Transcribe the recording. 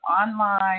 online